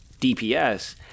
DPS